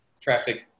traffic